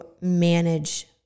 manage